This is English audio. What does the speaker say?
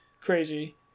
crazy